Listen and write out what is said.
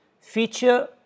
Feature